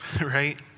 right